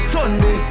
Sunday